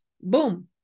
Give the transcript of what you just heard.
boom